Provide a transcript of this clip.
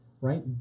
right